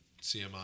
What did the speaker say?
CMI